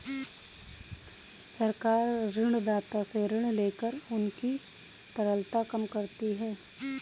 सरकार ऋणदाता से ऋण लेकर उनकी तरलता कम करती है